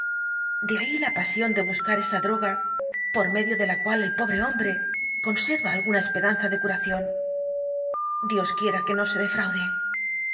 de ahí la pasión de buscar esa droga por medio de la cual el pobre hombre conserva alguna esperanza de curación dios quiera que no se defraude